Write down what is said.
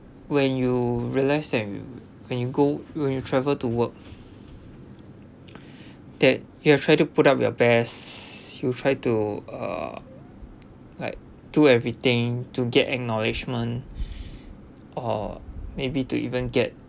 when you realise that you when you go when you travel to work that you are try to put up your best you try to uh like do everything to get acknowledgement or maybe to even get